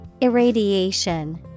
Irradiation